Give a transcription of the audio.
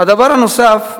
דבר נוסף,